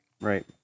right